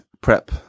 prep